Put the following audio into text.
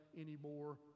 anymore